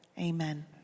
Amen